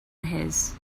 his